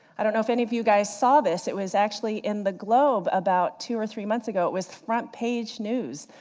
i don't know if any of you guys saw this, it was actually in the globe about two or three months ago, it was front page news.